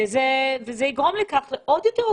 שאלת, אדוני היושב-ראש, וגם